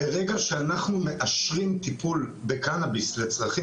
ברגע שאנחנו מאשרים טיפול בקנביס לצרכים